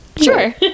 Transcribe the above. Sure